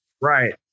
Right